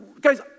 guys